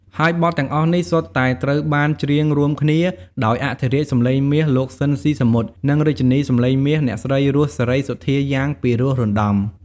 ហើយបទទាំងអស់នេះសុទ្ធតែត្រូវបានច្រៀងរួមគ្នាដោយអធិរាជសំឡេងមាស លោក ស៊ីន ស៊ីសាមុត និងរាជិនីសំឡេងមាស អ្នកស្រី រស់ សេរីសុទ្ធាយ៉ាងពីរោះរណ្តំ។